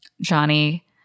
Johnny